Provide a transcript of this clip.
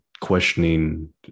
questioning